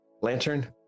lantern